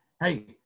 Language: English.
hey